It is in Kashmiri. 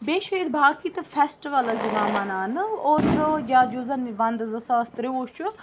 بیٚیہِ چھُ ییٚتہِ باقٕے تہٕ فٮ۪سٹِوَلٕز یِوان مَناونہٕ اوترٕ یا یُس زَن یہِ وَنٛدٕ زٕ ساس ترٛوٚوُہ چھُ